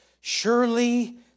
Surely